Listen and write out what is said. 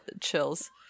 chills